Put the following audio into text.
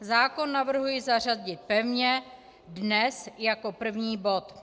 Zákon navrhuji zařadit pevně dnes jako první bod.